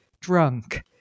Drunk